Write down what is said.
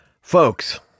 Folks